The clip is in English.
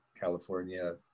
California